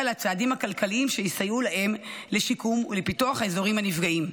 לצעדים הכלכליים שיסייעו להם לשיקום ולפיתוח האזורים הנפגעים.